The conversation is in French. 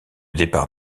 départ